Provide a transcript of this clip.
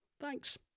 Thanks